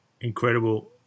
Incredible